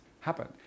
happen